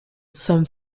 some